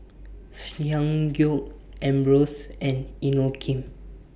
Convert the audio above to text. Ssangyong Ambros and Inokim